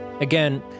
Again